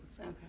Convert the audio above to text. okay